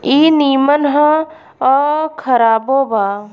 ई निमन ह आ खराबो बा